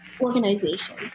organization